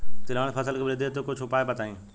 तिलहन फसल के वृद्धि हेतु कुछ उपाय बताई?